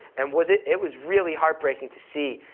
and was it, it was really heartbreaking to see,